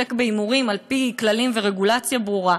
שעוסק בהימורים על-פי כללים ורגולציה ברורה,